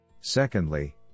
Secondly